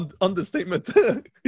Understatement